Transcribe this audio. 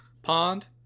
pond